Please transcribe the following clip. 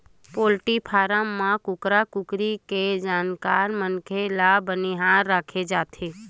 poultry farm म कुकरा कुकरी के जानकार मनखे ल बनिहार राखे जाथे